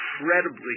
incredibly